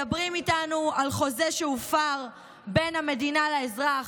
מדברים איתנו על חוזה שהופר בין המדינה לאזרח,